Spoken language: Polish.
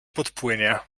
podpłynie